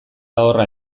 horra